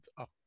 up